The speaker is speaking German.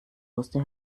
wusste